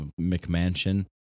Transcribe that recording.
McMansion